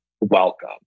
welcome